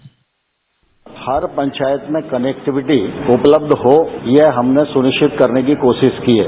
bite हर पंचायत में connectivity उपलब्ध हो यह हमने सुनिश्चित करने की कोशिश की है